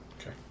Okay